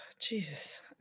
Jesus